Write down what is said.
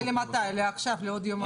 זה לעכשיו, לעוד יומיים?